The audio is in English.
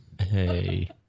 Hey